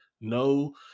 no